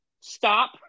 stop